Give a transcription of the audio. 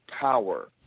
power